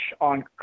on